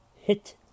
hit